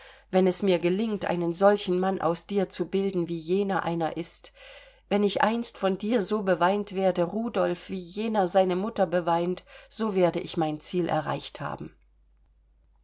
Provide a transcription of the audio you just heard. wenn es mir gelingt einen solchen mann aus dir zu bilden wie jener einer ist wenn ich einst von dir so beweint werde rudolf wie jener seine mutter beweint so werde ich mein ziel er reicht haben